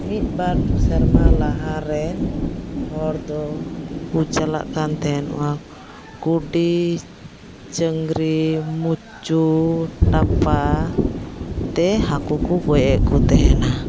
ᱢᱤᱫᱵᱟᱨ ᱥᱮᱨᱢᱟ ᱞᱟᱦᱟᱨᱮ ᱦᱚᱲ ᱫᱚᱠᱚ ᱪᱟᱞᱟᱜᱠᱟᱱ ᱛᱮᱦᱮᱱᱟᱚᱜᱼᱟ ᱠᱩᱰᱤ ᱪᱟᱹᱝᱜᱽᱨᱤ ᱢᱩᱪᱩ ᱴᱟᱯᱟᱛᱮ ᱦᱟᱠᱚᱠᱚ ᱜᱚᱡᱮᱫᱠᱚ ᱛᱮᱦᱮᱱᱟ